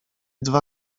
dwa